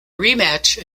rematch